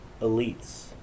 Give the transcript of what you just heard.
elites